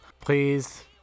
Please